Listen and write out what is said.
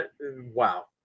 Wow